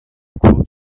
equal